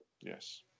Yes